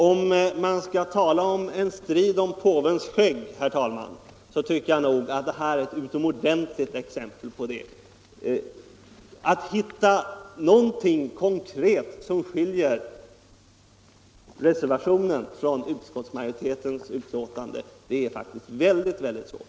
Om man skall tala om en strid om påvens skägg, herr talman, tycker jag nog att detta är ett utomordentligt exempel på det. Att hitta någonting konkret som skiljer reservationen från utskottsmajoritetens betänkande är faktiskt mycket svårt.